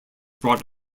brought